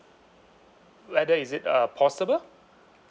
whether is it uh possible